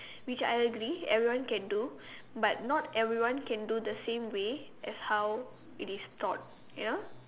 which I agree everyone can do but not everyone can do the same way as how it is taught you know